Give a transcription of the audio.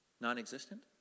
non-existent